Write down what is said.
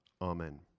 Amen